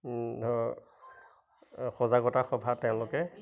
ধৰক সজাগতা সভাত তেওঁলোকে